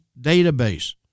database